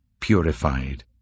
purified